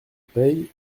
paye